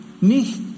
Nicht